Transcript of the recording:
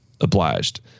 obliged